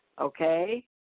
okay